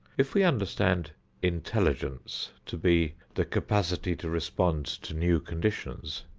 if we understand intelligence to be the capacity to respond to new conditions,